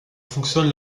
fonctionne